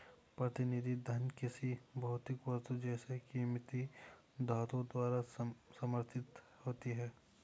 प्रतिनिधि धन किसी भौतिक वस्तु जैसे कीमती धातुओं द्वारा समर्थित होती है